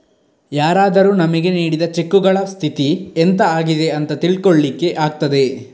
ಯಾರಾದರೂ ನಮಿಗೆ ನೀಡಿದ ಚೆಕ್ಕುಗಳ ಸ್ಥಿತಿ ಎಂತ ಆಗಿದೆ ಅಂತ ತಿಳ್ಕೊಳ್ಳಿಕ್ಕೆ ಆಗ್ತದೆ